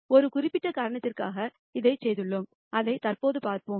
ஒரு குறிப்பிட்ட காரணத்திற்காக இதைச் செய்துள்ளோம் அதை தற்போது பார்ப்போம்